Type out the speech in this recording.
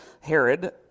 Herod